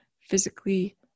physically